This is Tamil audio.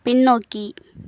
பின்னோக்கி